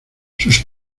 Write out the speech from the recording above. sus